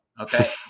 Okay